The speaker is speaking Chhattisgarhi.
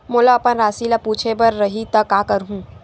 मोला अपन राशि ल पूछे बर रही त का करहूं?